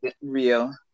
real